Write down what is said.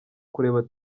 kureba